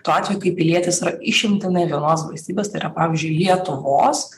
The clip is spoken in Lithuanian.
tuo atveju kai pilietis yra išimtinai vienos valstybės tai yra pavyzdžiui lietuvos